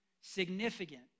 Significant